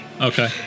Okay